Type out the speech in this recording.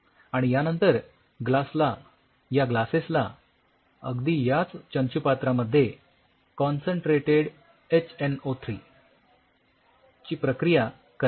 आणि यानंतर ग्लासला या ग्लासेस ला अगदी याच चंचुपात्रामध्ये कॉन्सन्ट्रेटेड एचएनओ थ्री ची प्रक्रिया करा